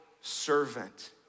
servant